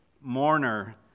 mourner